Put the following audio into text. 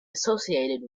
associated